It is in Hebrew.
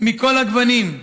מכל הגוונים,